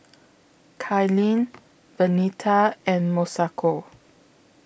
Cailyn Vernita and Masako